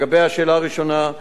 לגבי השאלה הראשונה,